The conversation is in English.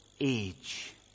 age